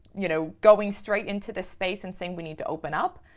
you know, going straight into this space and saying we need to open up.